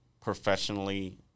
professionally